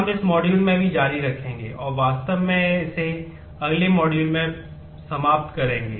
हम इस मॉड्यूल में भी जारी रखेंगे और वास्तव में इसे अगले मॉड्यूल में समाप्त करेंगे